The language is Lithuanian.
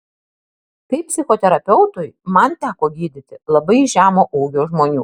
kaip psichoterapeutui man teko gydyti labai žemo ūgio žmonių